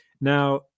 now